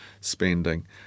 spending